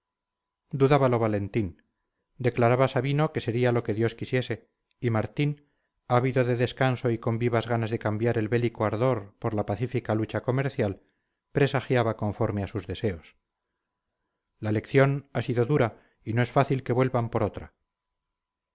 dudábalo valentín declaraba sabino que sería lo que dios quisiese y martín ávido de descanso y con vivas ganas de cambiar el bélico ardor por la pacífica lucha comercial presagiaba conforme a sus deseos la lección ha sido dura y no es fácil que vuelvan por otra